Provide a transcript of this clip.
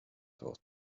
thought